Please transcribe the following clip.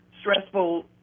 stressful